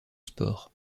sport